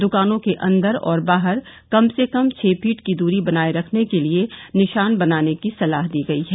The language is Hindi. दुकानों के अंदर और बाहर कम से कम छह फीट की दूरी बनाए रखने के लिए निशान बनाने की सलाह दी गई है